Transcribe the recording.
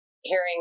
hearing